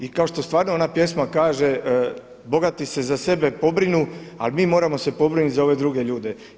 I kao što stvarno ona pjesma kaže bogati se za sebe pobrinu, al mi moramo se pobrinuti za ove druge ljude.